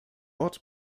ort